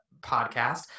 podcast